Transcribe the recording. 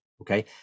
Okay